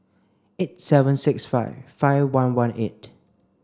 eight seven six five five one one eight